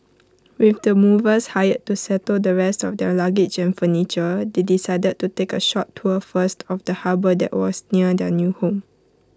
with the movers hired to settle the rest of their luggage and furniture they decided to take A short tour first of the harbour that was near their new home